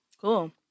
Cool